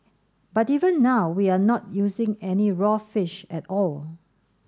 but even now we are not using any raw fish at all